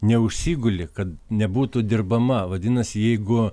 neužsiguli kad nebūtų dirbama vadinas jeigu